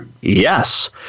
yes